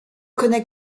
connaît